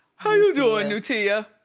how you doing, nutia?